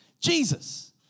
Jesus